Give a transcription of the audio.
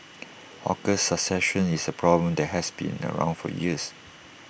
hawker succession is A problem that has been around for years